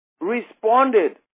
responded